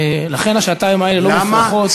לכן השעתיים האלה לא מופרכות.